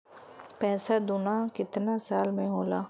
पैसा दूना कितना साल मे होला?